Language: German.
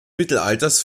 mittelalters